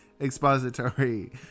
expository